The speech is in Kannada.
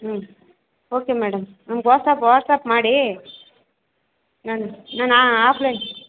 ಹ್ಞೂ ಓಕೆ ಮೇಡಮ್ ನಂಗೆ ವಾಟ್ಸಪ್ ವಾಟ್ಸಾಪ್ ಮಾಡಿ ನನ್ನ ನಾನು ಆಫ್ಲೈನ್